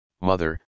mother